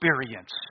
experience